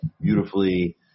beautifully